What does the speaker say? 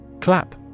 Clap